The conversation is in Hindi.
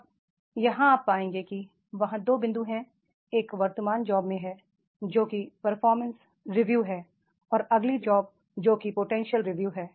अब यहां आप पाएंगे कि वहां दो बिंदु हैं एक वर्तमान जॉब में है जो कि परफॉर्मेंस रिव्यू है और अगली जॉब जो कि पोटेंशियल रिव्यू है